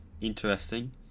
interesting